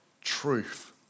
truth